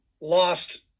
lost